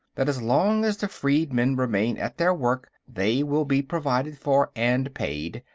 that as long as the freedmen remain at their work they will be provided for and paid,